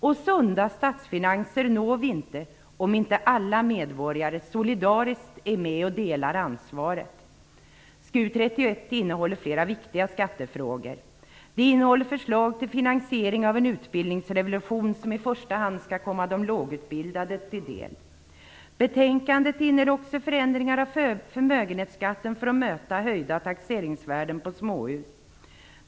Och sunda statsfinanser når vi inte om inte alla medborgare solidariskt är med och delar ansvaret. Betänkandet innehåller förslag till finansiering av en utbildningsrevolution som i första hand skall komma de lågutbildade till del. Det innehåller också förändringar av förmögenhetsskatten för att möta höjda taxeringsvärden på småhus.